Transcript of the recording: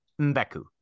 Mbaku